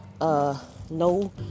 no